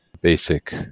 basic